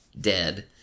dead